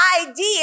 idea